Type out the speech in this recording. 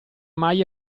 mai